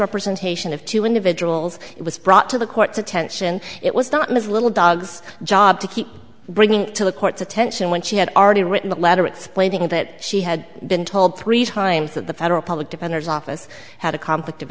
representation of two individuals it was brought to the court's attention it was not miss little dogs job to keep bringing to the court's attention when she had already written the letter explaining that she had been told three times that the federal public defender's office had a conflict of